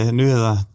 nyheder